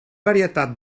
varietat